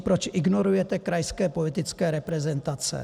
Proč ignorujete krajské politické reprezentace?